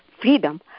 freedom